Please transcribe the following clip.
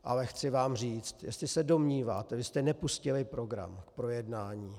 Ale chci vám říct, jestli se domníváte vy jste nepustili program k projednání.